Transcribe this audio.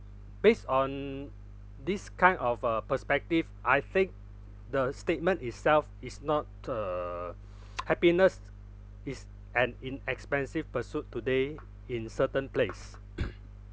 based on this kind of uh perspective I think the statement itself is not uh happiness is an inexpensive pursuit today in certain place